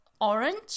orange